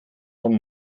von